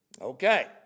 Okay